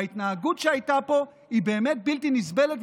וההתנהגות שהייתה פה היא באמת בלתי נסבלת,